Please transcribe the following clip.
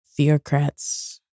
theocrats